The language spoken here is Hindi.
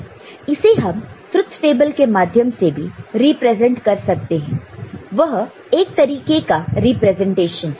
इसे हम ट्रुथ टेबल के माध्यम से भी रिप्रेजेंट कर सकते हैं वह एक तरीके का रिप्रेजेंटेशन है